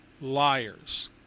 Liars